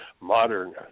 modern